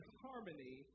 harmony